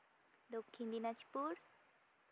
Dakshin Dinajpur